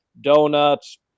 Donuts